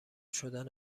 شدن